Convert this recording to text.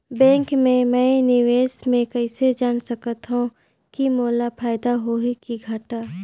Bank मे मैं निवेश मे कइसे जान सकथव कि मोला फायदा होही कि घाटा?